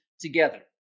together